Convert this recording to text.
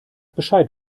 bescheid